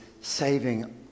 saving